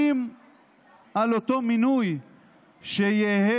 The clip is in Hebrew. שיהיו סבורים על אותו מינוי שיהא